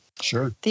Sure